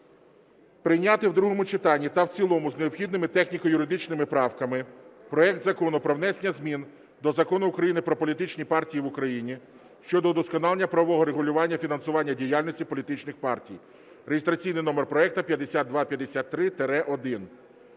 прийняти в другому читанні та в цілому з необхідними техніко-юридичними правками проект Закону про внесення змін до Закону України "Про політичні партії в Україні" щодо удосконалення правового регулювання фінансування діяльності політичних партій (реєстраційний номер проекту 5253-1).